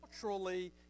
culturally